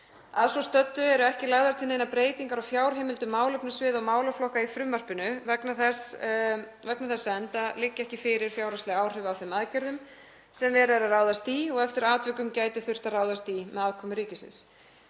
Að svo stöddu eru ekki lagðar til neinar breytingar á fjárheimildum málefnasviða og málaflokka í frumvarpinu vegna þessa enda liggja ekki fyrir fjárhagsleg áhrif af þeim aðgerðum sem verið er að ráðast í og eftir atvikum gæti þurft að ráðast í með aðkomu ríkisins.